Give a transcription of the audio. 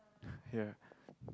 yeah